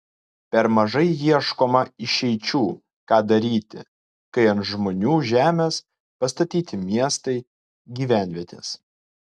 per mažai ieškoma išeičių ką daryti kai ant žmonių žemės pastatyti miestai gyvenvietės